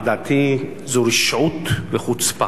לדעתי זו רשעות וחוצפה